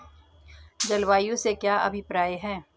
जलवायु से क्या अभिप्राय है?